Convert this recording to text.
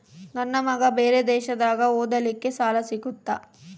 ನನ್ನ ಮಗ ಬೇರೆ ದೇಶದಾಗ ಓದಲಿಕ್ಕೆ ಸಾಲ ಸಿಗುತ್ತಾ?